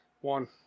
One